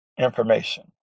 information